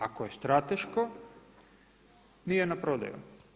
Ako je strateško nije na prodaju.